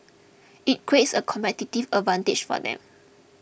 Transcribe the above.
it creates a competitive advantage for them